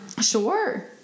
Sure